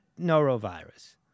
norovirus